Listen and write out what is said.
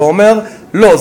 ואומרים: לא,